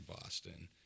Boston